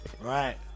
Right